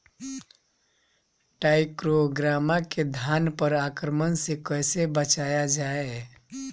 टाइक्रोग्रामा के धान पर आक्रमण से कैसे बचाया जाए?